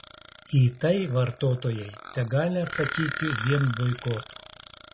į tai vartotojai tegali atsakyti vien boikotu